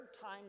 time